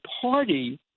party